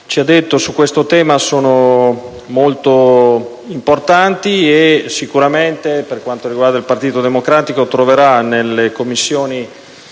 ci ha detto su questo tema sono molto importanti e sicuramente, per quanto riguarda il Partito Democratico, troverà, nelle Commissioni